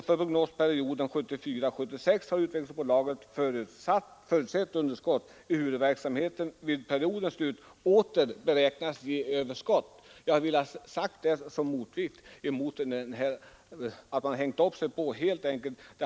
För prognosperioden 1974—1976 har utvecklingsbolaget förutsett underskott, ehuru verksamheten vid periodens slut åter beräknas ge överskott.” Jag har velat säga detta som motvikt till dem som bara har hängt upp sig på kritiken.